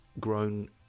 grown